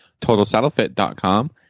Totalsaddlefit.com